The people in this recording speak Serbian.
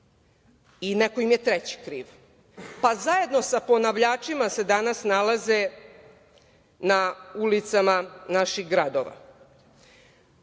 i neko im je treći kriv, pa zajedno sa ponavljačima se danas nalaze na ulicama naših gradova.